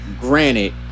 granted